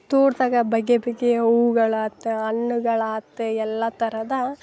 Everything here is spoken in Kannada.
ತೋಟದಾಗ ಬಗೆ ಬಗೆಯ ಹೂಗಳಾತ ಹಣ್ಣುಗಳಾತು ಎಲ್ಲಾ ಥರದ